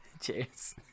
Cheers